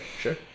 sure